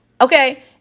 Okay